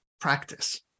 practice